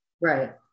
Right